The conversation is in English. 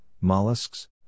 mollusks